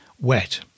wet